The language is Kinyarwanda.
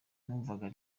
numvaga